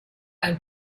ein